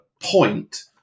point